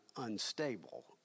unstable